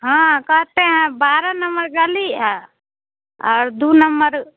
हाँ कहते हैं बारह नम्मर गली और और दो नम्मर